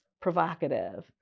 provocative